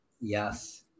Yes